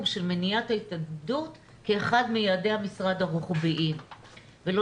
של מניעת ההתאבדות כאחד מיעדי המשרד הרוחביים ולא